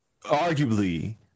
arguably